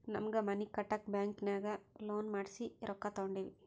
ನಮ್ಮ್ಗ್ ಮನಿ ಕಟ್ಟಾಕ್ ಬ್ಯಾಂಕಿನಾಗ ಲೋನ್ ಮಾಡ್ಸಿ ರೊಕ್ಕಾ ತೊಂಡಿವಿ